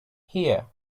here